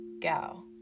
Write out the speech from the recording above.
go